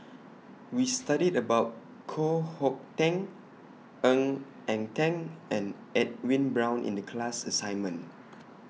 We studied about Koh Hong Teng Ng Eng Teng and Edwin Brown in The class assignment